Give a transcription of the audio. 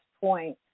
point